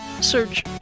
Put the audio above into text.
search